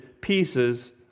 pieces